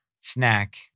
snack